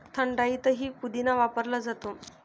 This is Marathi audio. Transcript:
थंडाईतही पुदिना वापरला जातो